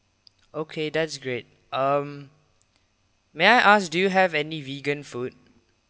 okay that's great um may I ask do you have any vegan food